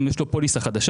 אם יש לו פוליסה חדשה,